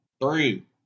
three